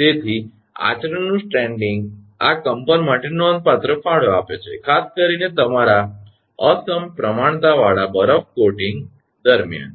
તેથી આચરણનું સ્ટ્રેન્ડિંગ આ કંપન માટે નોંધપાત્ર ફાળો આપે છે ખાસ કરીને તમારા અસમપ્રમાણતાવાળા બરફના કોટિંગ દરમિયાન